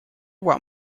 what